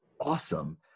awesome